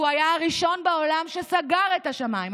והוא היה הראשון בעולם שסגר את השמיים,